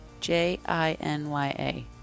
J-I-N-Y-A